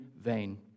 vain